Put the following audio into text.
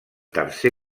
tercer